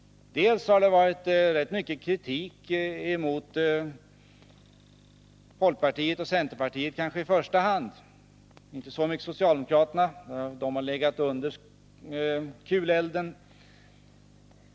Ni har riktat rätt mycket kritik mot i första hand folkpartiet och centerpartiet — inte så mycket mot socialdemokraterna, de har undgått kulelden.